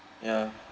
ya